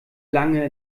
lange